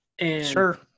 Sure